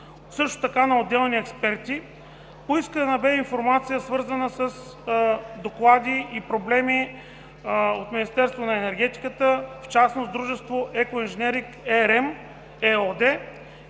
също така на отделни експерти. Поискана бе информация, свързана с доклади и проблеми от Министерство на енергетиката, в частност от дружество „Екоинженеринг-РМ“ ЕООД